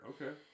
Okay